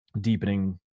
deepening